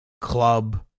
Club